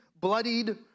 bloodied